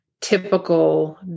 Typical